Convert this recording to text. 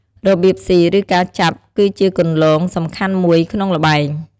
របៀបស៊ី ឬការចាប់ គឺជាគន្លងសំខាន់មួយក្នុងល្បែង។